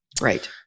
Right